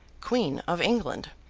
queen of england,